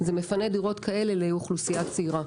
זה מפנה דירות כאלה לאוכלוסייה צעירה.